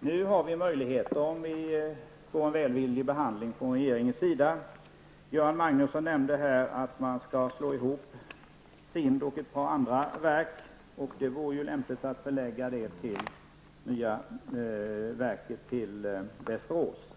Nu finns det möjligheter, om det blir en välvillig behandling från regeringens sida. Göran Magnusson nämnde att SIND och ett par andra verk skall slås ihop. Det vore lämpligt att förlägga det nya verket till Västerås.